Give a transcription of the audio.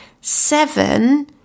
seven